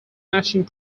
matching